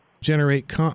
generate